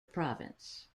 province